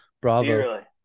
Bravo